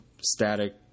static